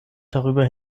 darüber